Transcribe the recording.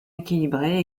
équilibrée